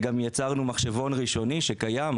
יצרנו מחשבון השוואה ראשוני שקיים,